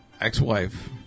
ex-wife